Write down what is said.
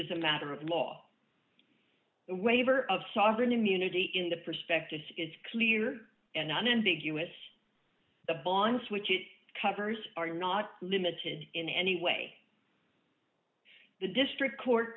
is a matter of law waiver of sovereign immunity in the prospectus is clear and unambiguous the bonds which it covers are not limited in any way the district court